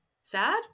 sad